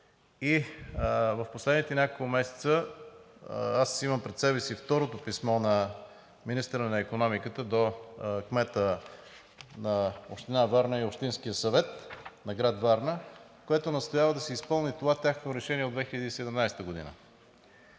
и в последните няколко месеца. Аз имам пред себе си второто писмо на министъра на икономиката до кмета на Община Варна и Общинския съвет на град Варна, в което настоява да се изпълни това тяхно решение от 2017 г.